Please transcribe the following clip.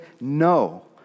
No